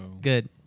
Good